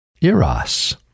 Eros